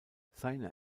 seine